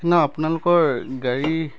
নাই আপোনালোকৰ গাড়ী